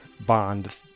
Bond